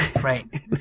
right